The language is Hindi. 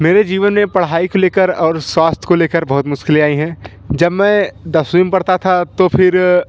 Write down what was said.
मेरे जीवन में पढ़ाई को ले कर और स्वास्थ को ले कर बहुत मुशकीलें आई हैं जब मैं दसवीं में पढ़ता था तो फिर